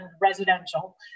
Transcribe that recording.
residential